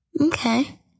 Okay